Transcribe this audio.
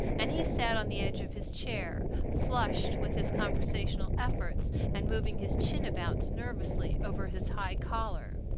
and he sat on the edge of his chair, flushed with his conversational efforts and moving his chin about nervously over his high collar.